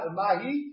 mahi